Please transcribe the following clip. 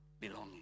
belonging